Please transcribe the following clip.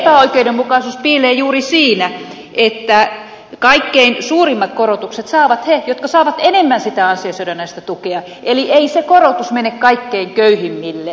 ja se epäoikeudenmukaisuus piilee juuri siinä että kaikkein suurimmat korotukset saavat ne jotka saavat enemmän sitä ansiosidonnaista tukea eli ei se korotus mene kaikkein köyhimmille